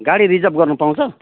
गाडी रिजर्भ गर्न पाउँछ